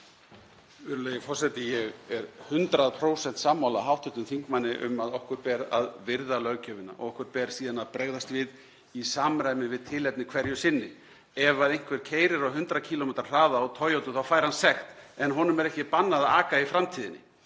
Ég er 100% sammála hv. þingmanni um að okkur ber að virða löggjöfina og okkur ber síðan að bregðast við í samræmi við tilefnið hverju sinni. Ef einhver keyrir á 100 km hraða á Toyotu þá fær hann sekt en honum er ekki bannað að aka í framtíðinni